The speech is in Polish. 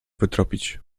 wytropić